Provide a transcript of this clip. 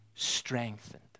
strengthened